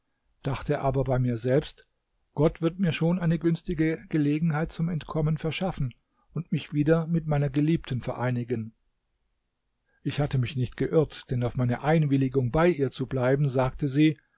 dachte aber bei mir selbst gott wird mir schon eine günstige gelegenheit zum entkommen verschaffen und mich wieder mit meiner geliebten vereinigen ich hatte mich nicht geirrt denn auf meine einwilligung bei ihr zu bleiben sagte sie